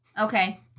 Okay